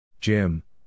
Jim